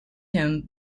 him